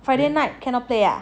friday night he cannot play lah